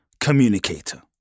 communicator